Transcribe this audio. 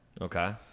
Okay